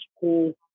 cool